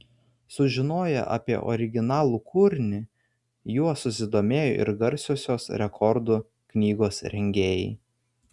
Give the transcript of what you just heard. sužinoję apie originalų kūrinį juo susidomėjo ir garsiosios rekordų knygos rengėjai